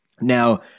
Now